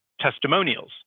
testimonials